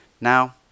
Now